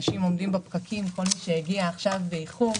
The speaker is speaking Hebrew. אנשים עומדים בפקקים כל מי שהגיע עכשיו באיחור